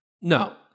no